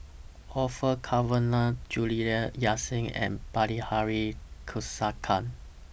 Orfeur Cavenagh Juliana Yasin and Bilahari Kausikan